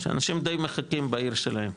שאנשים די מחכים בעיר שלהם,